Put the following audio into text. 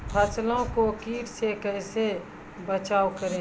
फसलों को कीट से कैसे बचाव करें?